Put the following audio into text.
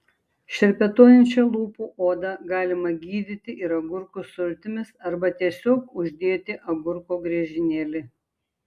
šerpetojančią lūpų odą galima gydyti ir agurkų sultimis arba tiesiog uždėti agurko griežinėlį